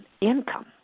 income